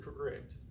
correct